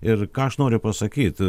ir ką aš noriu pasakyt